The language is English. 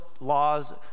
laws